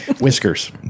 Whiskers